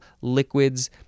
liquids